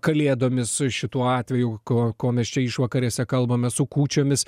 kalėdomis šituo atveju kuo kuo mes čia išvakarėse kalbamės su kūčiomis